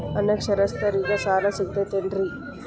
ಅನಕ್ಷರಸ್ಥರಿಗ ಸಾಲ ಸಿಗತೈತೇನ್ರಿ?